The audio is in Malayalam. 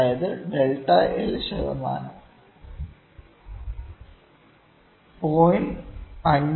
അതായത് ഡെൽറ്റ L ശതമാനം 0